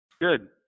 Good